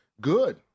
good